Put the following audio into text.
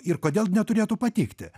ir kodėl neturėtų patikti